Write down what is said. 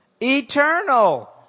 Eternal